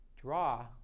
draw